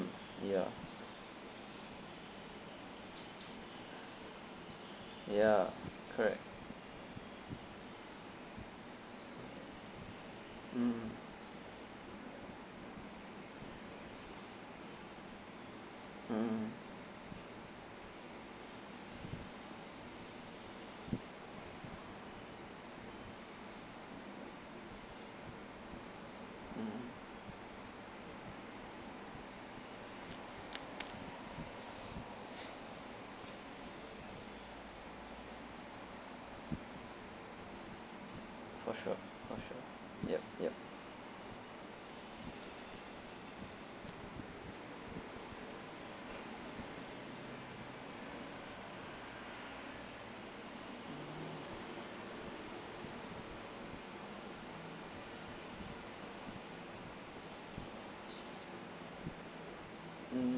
ya ya correct mm mmhmm mmhmm for sure for sure yup yup mm